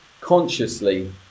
consciously